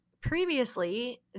Previously